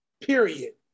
period